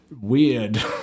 Weird